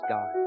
God